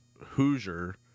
Hoosier